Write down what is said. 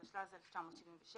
התשל"ז-1997.